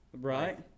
Right